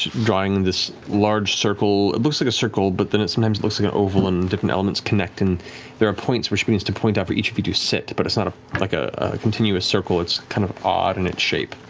drawing this large circle, it looks like a but then it sometimes looks like an oval, and different elements connect, and there are points where she begins to point out where each of you sit, but it's not ah like a continuous circle, it's kind of odd in its shape.